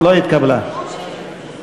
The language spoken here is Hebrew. ההסתייגות של